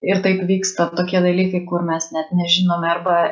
ir taip vyksta tokie dalykai kur mes net nežinome arba